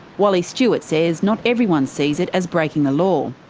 wally stewart says not everyone sees it as breaking the law.